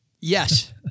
Yes